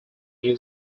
new